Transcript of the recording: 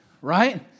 right